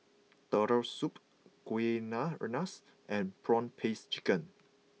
Turtle Soup Kueh Rengas and Prawn Paste Chicken